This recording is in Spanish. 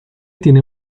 tiene